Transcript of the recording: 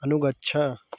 अनुगच्छ